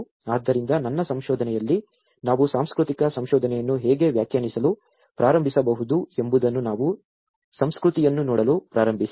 ಆದ್ದರಿಂದ ನನ್ನ ಸಂಶೋಧನೆಯಲ್ಲಿ ನಾವು ಸಾಂಸ್ಕೃತಿಕ ಸಂಶೋಧನೆಯನ್ನು ಹೇಗೆ ವ್ಯಾಖ್ಯಾನಿಸಲು ಪ್ರಾರಂಭಿಸಬಹುದು ಎಂಬುದನ್ನು ನಾವು ಸಂಸ್ಕೃತಿಯನ್ನು ನೋಡಲು ಪ್ರಾರಂಭಿಸಿದ್ದೇವೆ